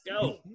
go